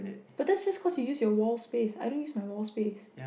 but that's just cause you use your wall space I don't use my wall space